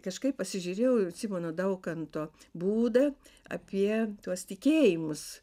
kažkaip pasižiūrėjau į simono daukanto būdą apie tuos tikėjimus